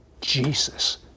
Jesus